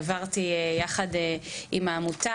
העברתי ביחד עם העמותה.